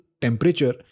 temperature